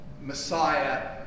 messiah